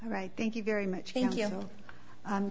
right thank you very much